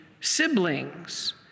siblings